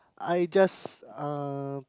I just uh